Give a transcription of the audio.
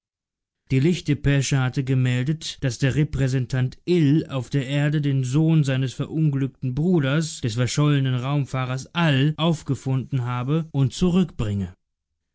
die lichtdepesche hatte gemeldet daß der repräsentant ill auf der erde den sohn seines verunglückten bruders des verschollenen raumfahrers all aufgefunden habe und zurückbringe